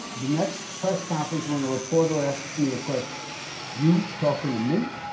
the next press conference when a reporter asks me a question you talkin' to me?